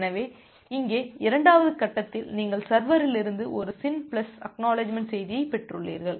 எனவே இங்கே இரண்டாவது கட்டத்தில் நீங்கள் சர்வரிலிருந்து ஒரு SYN பிளஸ் ACK செய்தியைப் பெற்றுள்ளீர்கள்